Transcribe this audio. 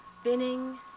spinning